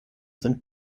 sind